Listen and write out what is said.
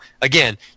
again